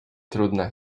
trudna